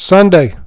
Sunday